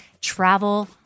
travel